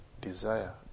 desire